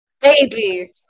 Baby